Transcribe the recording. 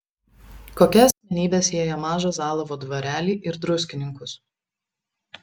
kokia asmenybė sieja mažą zalavo dvarelį ir druskininkus